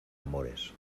amores